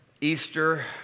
Easter